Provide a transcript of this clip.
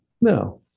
No